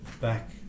back